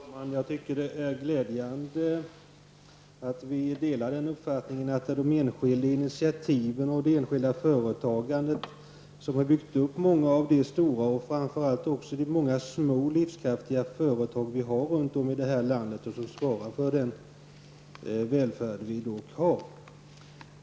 Herr talman! Jag tycker att det är glädjande att vi delar uppfattningen att det är de enskilda initiativen och det enskilda företagandet som har byggt upp många av de stora, och framför allt många av de små, livskraftiga företagen som vi har runt om i det här landet och som svarar för den välfärd som vi har.